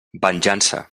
venjança